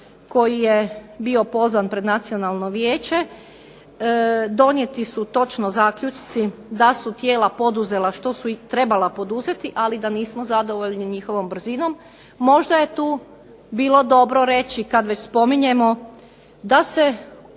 koji je bio pozvan pred nacionalno vijeće. Donijeti su točno zaključci da su tijela poduzela što su i trebala poduzeti, ali da nismo zadovoljni njihovom brzinom. Možda je tu bilo dobro reći, kad već spominjemo da se ovi